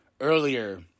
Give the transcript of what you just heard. earlier